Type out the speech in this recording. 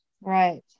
Right